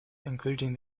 including